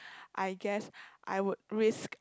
I guess I would risk